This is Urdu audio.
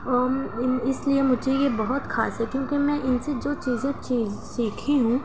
اس لیے مجھے یہ بہت خاص ہے کیونکہ میں ان سے جو چیزیں سیکھی ہوں